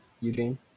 Eugene